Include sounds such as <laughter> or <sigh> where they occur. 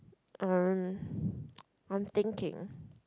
uh <noise> I'm thinking